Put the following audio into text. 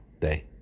day